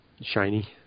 shiny